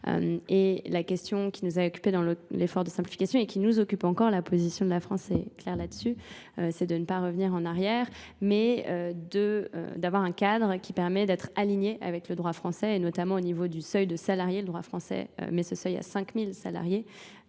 Et la question qui nous a occupé dans l'effort de simplification et qui nous occupe encore, la position de la France est claire là-dessus, c'est de ne pas revenir en arrière, mais d'avoir un cadre qui permet d'être aligné avec le droit français et notamment au niveau du seuil de salarié. Le droit français met ce seuil à 5000 salariés.